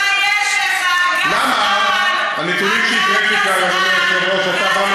חברת הכנסת זנדברג, אני קורא אותך פעם ראשונה.